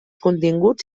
continguts